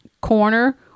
corner